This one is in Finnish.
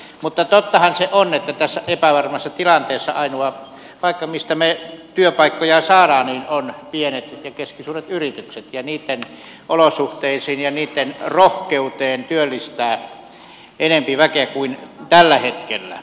mutta tottahan se on että tässä epävarmassa tilanteessa ainoa paikka mistä me työpaikkoja saamme on pienet ja keskisuuret yritykset ja on kiinnitettävä huomiota niitten olosuhteisiin ja rohkeuteen työllistää enemmän väkeä kuin tällä hetkellä